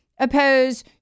Oppose